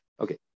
Okay